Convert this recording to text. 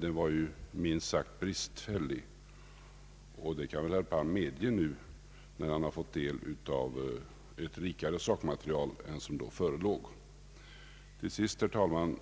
Den var ju minst sagt bristfällig, och det kan väl herr Palm medge nu när han fått del av ett rikare sakmaterial än som då förelåg. Till sist, herr talman,